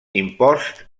imposts